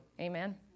Amen